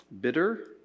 bitter